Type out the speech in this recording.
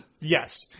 Yes